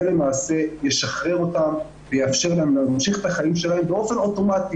למעשה ישחרר אותם ויאפשר להם להמשיך את החיים שלהם באופן אוטומטי,